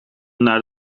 naar